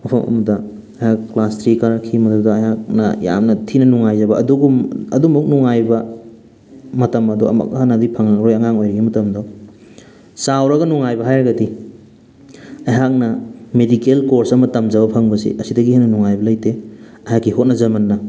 ꯃꯐꯝ ꯑꯃꯗ ꯑꯩꯍꯥꯛ ꯀ꯭ꯂꯥꯁ ꯊ꯭ꯔꯤ ꯀꯥꯔꯛꯈꯤ ꯃꯗꯨꯗ ꯑꯩꯍꯥꯛꯅ ꯌꯥꯝꯅ ꯊꯤꯅ ꯅꯨꯡꯉꯥꯏꯖꯕ ꯑꯗꯨꯒꯨꯝ ꯑꯗꯨꯃꯨꯛ ꯅꯨꯡꯉꯥꯏꯕ ꯃꯇꯝ ꯑꯗꯣ ꯑꯃꯨꯛ ꯍꯟꯅꯗꯤ ꯐꯪꯉꯔꯣꯏ ꯑꯉꯥꯡ ꯑꯣꯏꯔꯤꯉꯩ ꯃꯇꯝꯗꯣ ꯆꯥꯎꯔꯒ ꯅꯨꯡꯉꯥꯏꯕ ꯍꯥꯏꯔꯒꯗꯤ ꯑꯩꯍꯥꯛꯅ ꯃꯦꯗꯤꯀꯦꯜ ꯀꯣꯔꯁ ꯑꯃ ꯇꯝꯖꯕ ꯐꯪꯕꯁꯤ ꯑꯁꯤꯗꯒꯤ ꯍꯦꯟꯅ ꯅꯨꯡꯉꯥꯏꯕ ꯂꯩꯇꯦ ꯑꯩꯍꯥꯛꯀꯤ ꯍꯣꯠꯅꯖꯃꯟꯅ